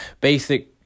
basic